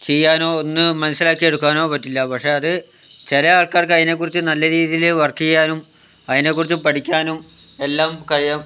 ചെയ്യാനോ ഒന്നു മനസ്സിലാക്കിയെടുക്കാനോ പറ്റില്ല പക്ഷേ അത് ചില ആൾക്കാർക്ക് അതിനെകുറിച്ച് നല്ല രീതിയില് വർക്ക് ചെയ്യാനും അതിനെക്കുറിച്ച് പഠിക്കാനും എല്ലാം കഴിയും